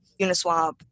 Uniswap